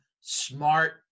Smart